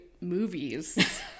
movies